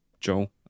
Joel